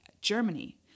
Germany